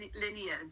lineage